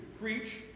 Preach